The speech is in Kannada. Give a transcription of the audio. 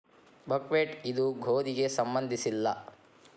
ಬಕ್ಹ್ವೇಟ್ ಇದು ಗೋಧಿಗೆ ಸಂಬಂಧಿಸಿಲ್ಲ